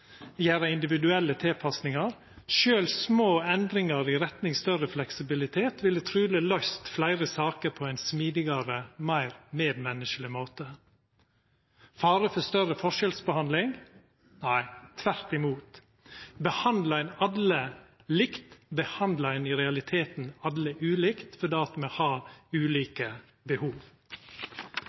gjera individuelle tilpassingar. Sjølv små endringar i retning av større fleksibilitet ville truleg løyst fleire saker på ein smidigare, meir medmenneskeleg måte. Vert det fare for større forskjellsbehandling? Nei, tvert imot. Behandlar ein alle likt, behandlar ein i realiteten alle ulikt, fordi me har ulike behov;